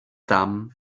tam